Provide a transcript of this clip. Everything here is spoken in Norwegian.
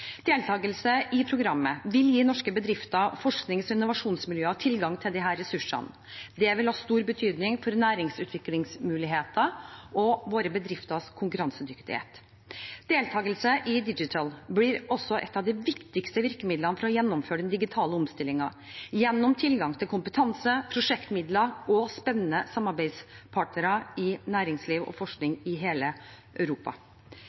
Deltakelse i programmet vil gi norske bedrifter og forsknings- og innovasjonsmiljøer tilgang til disse ressursene. Det vil ha stor betydning for næringsutviklingsmuligheter og våre bedrifters konkurransedyktighet. Deltakelse i DIGITAL blir også et av de viktigste virkemidlene for å gjennomføre den digitale omstillingen, gjennom tilgang til kompetanse, prosjektmidler og spennende samarbeidspartnere i næringsliv og forskning i hele Europa.